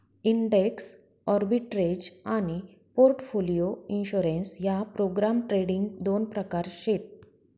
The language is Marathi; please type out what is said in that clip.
इंडेक्स आर्बिट्रेज आनी पोर्टफोलिओ इंश्योरेंस ह्या प्रोग्राम ट्रेडिंग दोन प्रकार शेत